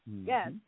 Yes